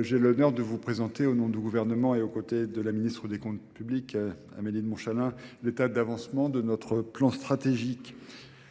j'ai l'honneur de vous présenter au nom du gouvernement et aux côtés de la ministre des Comptes publics, Amélie de Montchalin, l'état d'avancement de notre plan stratégique.